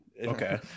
okay